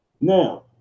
now